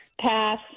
Pass